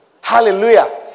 Hallelujah